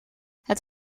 het